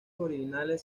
originales